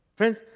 Friends